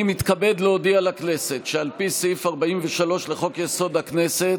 אני מתכבד להודיע לכנסת שעל פי סעיף 43 לחוק-יסוד: הכנסת,